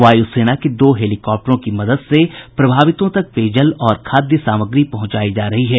वायु सेना के दो हेलीकॉप्टरों की मदद से प्रभावितों तक पेयजल और खाद्य सामग्री पहुंचायी जा रही है